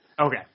okay